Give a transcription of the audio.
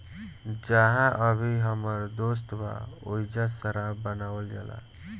जाहा अभी हमर दोस्त बा ओइजा शराब बनावल जाला